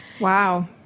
wow